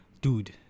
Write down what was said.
dude